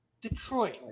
Detroit